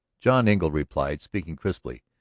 john engle replied, speaking crisply.